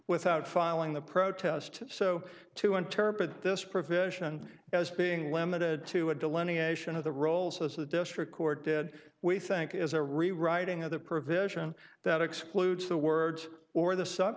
without filing the protest so to interpret this provision as being limited to a delineation of the roles as a district court did we think is a rewriting of the provision that excludes the words or the sub